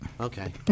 okay